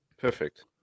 Perfect